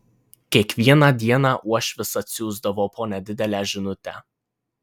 kiekvieną dieną uošvis atsiųsdavo po nedidelę žinutę